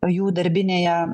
jų darbinėje